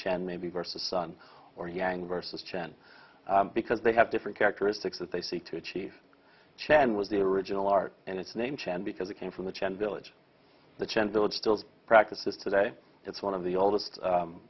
chand maybe versus son or yang versus chan because they have different characteristics that they seek to achieve chien was the original art and its name chen because it came from the chen village the chen village still practices today it's one of the oldest